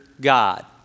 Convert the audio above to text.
God